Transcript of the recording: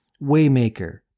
Waymaker